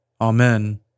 Amen